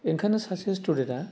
ओंखायनो सासे स्टुडेन्टआ